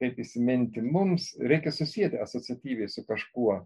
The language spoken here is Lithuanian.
kaip įsiminti mums reikia susieti asociatyviai su kažkuo